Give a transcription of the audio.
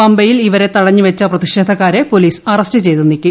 പമ്പയിൽ ഇവരെ തടഞ്ഞുവച്ച പ്രതിഷേധക്കാരെ പോലീസ് അറസ്റ്റ് ചെയ്ത് നീക്കി